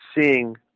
seeing